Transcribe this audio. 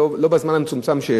אבל הזמן שיש לי מצומצם.